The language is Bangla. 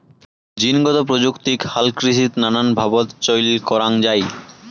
জীনগত প্রযুক্তিক হালকৃষিত নানান ভাবত চইল করাঙ যাই